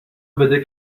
بده